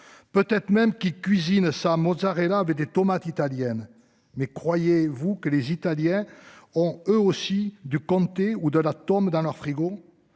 Peut-être même qui cuisine ça mozzarella avec des tomates italiennes mais croyez-vous que les Italiens ont eux aussi du comté ou de l'atome dans leur frigo